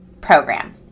program